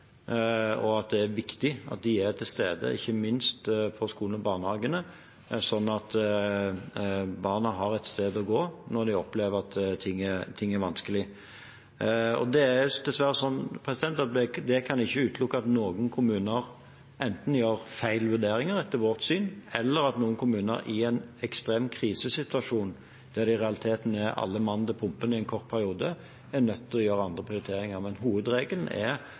og at det er viktig at de er til stede, ikke minst i skolene og barnehagene, slik at barna har et sted å gå når de opplever at ting er vanskelig. Jeg kan dessverre ikke utelukke at noen kommuner enten gjør feil vurderinger etter vårt syn, eller i en ekstrem krisesituasjon der det i realiteten er alle mann til pumpene i en kort periode, er nødt til å gjøre andre prioriteringer. Men hovedregelen er